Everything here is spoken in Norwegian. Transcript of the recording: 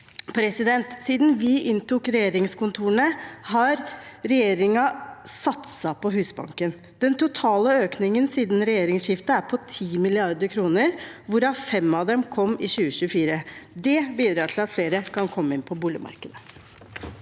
Siden vi inntok regjeringskontorene, har regjeringen satset på Husbanken. Den totale økningen siden regjeringsskiftet er på 10 mrd. kr, hvorav 5 av disse kom i 2024. Det bidrar til at flere kan komme inn på boligmarkedet.